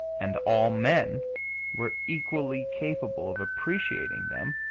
and all men were equally capable of appreciating them,